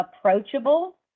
approachable